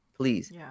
please